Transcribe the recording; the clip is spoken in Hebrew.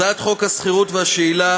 הצעת חוק השכירות והשאילה